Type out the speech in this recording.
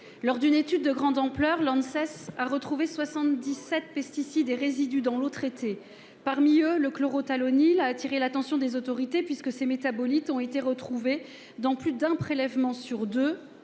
Lors d'une étude de grande ampleur, l'Anses a trouvé 77 pesticides et résidus dans l'eau traitée. Parmi eux, le chlorothalonil a attiré l'attention des autorités, puisque ses métabolites ont été trouvés dans plus d'un prélèvement sur deux